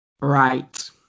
Right